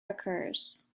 occurs